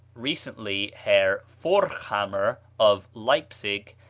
recently herr forchhammer, of leipsic,